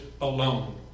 alone